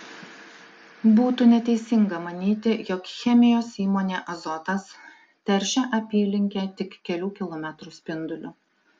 būtų neteisinga manyti jog chemijos įmonė azotas teršia apylinkę tik kelių kilometrų spinduliu